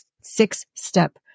six-step